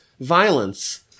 Violence